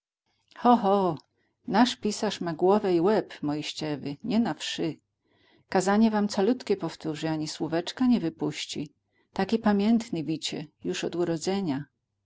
ho ho nasz pisarz ma głowę i łeb moiściewy nie na wszy kazanie wam calutkie powtórzy ani słóweczka nie wypuści taki pamiętny wicie już od urodzenia